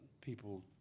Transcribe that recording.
people